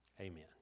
Amen